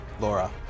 Laura